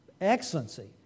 excellency